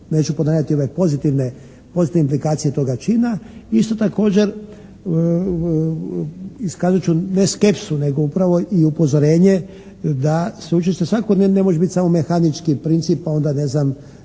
neću ponavljati ove pozitivne implikacije toga čina, isto također iskazat ću ne skepsu nego upravo i upozorenje da sveučilište svakodnevno ne može biti samo mehanički princip pa onda neznam